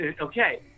okay